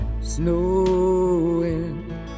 Snowing